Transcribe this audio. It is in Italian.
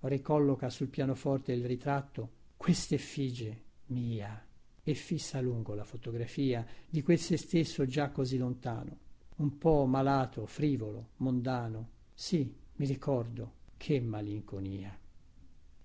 ricolloca sul pianoforte il ritratto questeffigie mia e fissa a lungo la fotografia di quel sè stesso già così lontano un po malato frivolo mondano si mi ricordo che malinconia